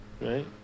Right